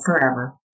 forever